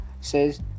says